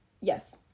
Yes